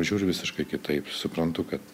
žiūriu visiškai kitaip suprantu kad